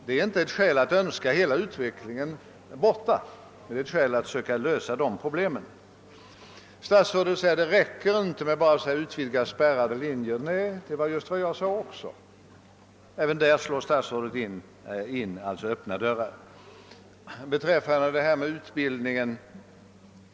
Det är inte något skäl att önska hela utvecklingen bort, utan det är ett skäl att söka lösa dessa problem. — Statsrådet säger att det inte räcker med att bara utvidga spärrade linjer. Nej, det var just vad jag sade. Även där slår statsrådet in öppna dörrar. Så till detta om behovet av vidgad utbildning!